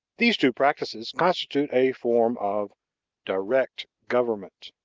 these two practices constitute a form of direct government.